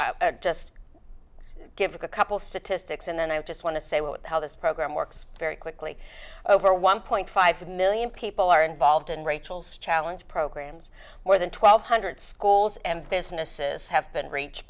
to just give a couple statistics and then i just want to say what the hell this program works very quickly over one point five million people are involved in rachel's challenge programs more than twelve hundred schools and businesses have been reached